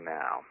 now